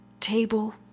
table